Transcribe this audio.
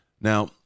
now